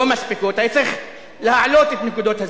לא מספיקות, והיה צריך להעלות את נקודות הזיכוי.